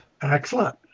Excellent